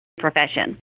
profession